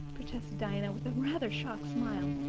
protested diana, with a rather shocked smile.